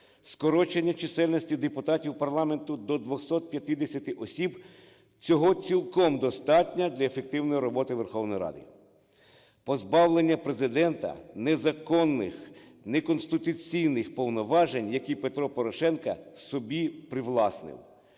Скорочення чисельності депутатів парламенту до 250 осіб, цього цілком достатньо для ефективної роботи Верховної Ради. Позбавлення Президента незаконних, неконституційних повноважень, які Петро Порошенко собі привласнив,